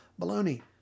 Baloney